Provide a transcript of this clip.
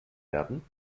werden